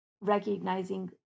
recognizing